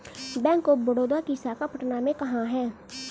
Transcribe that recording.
Bank of Baroda की शाखा पटना में कहाँ है?